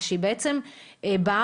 כשהיא בעצם באה,